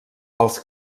els